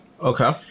Okay